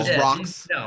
rocks